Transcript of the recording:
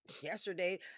yesterday